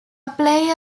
player